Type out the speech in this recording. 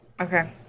Okay